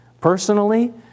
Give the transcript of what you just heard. Personally